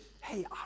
hey